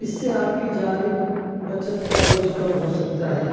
اس سے آپ کی جانب بچت کا بوجھ کم ہو سکتا ہے